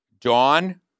Dawn